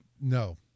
No